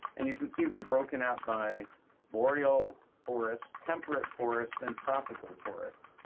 and you can see, they're broken up by boreal forests, temperate forests and tropical forests,